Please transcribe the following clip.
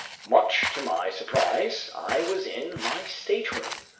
much to my surprise, i was in my stateroom.